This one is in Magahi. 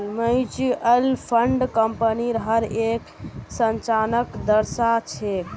म्यूचुअल फंड कम्पनीर हर एक संचालनक दर्शा छेक